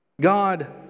God